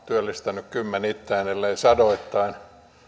työllistänyt kymmenittäin ellei sadoittain